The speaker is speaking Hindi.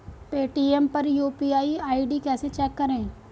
पेटीएम पर यू.पी.आई आई.डी कैसे चेक करें?